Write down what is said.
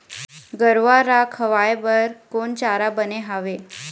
गरवा रा खवाए बर कोन चारा बने हावे?